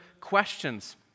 questions